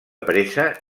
pressa